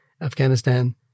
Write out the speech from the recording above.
Afghanistan